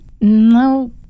no